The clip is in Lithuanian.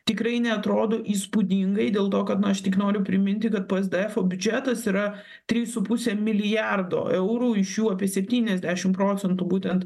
tikrai neatrodo įspūdingai dėl to kad nu aš tik noriu priminti kad psdfo biudžetas yra trys su puse milijardo eurų iš jų apie septyniasdešim procentų būtent